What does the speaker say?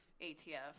ATF